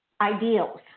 ideals